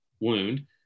wound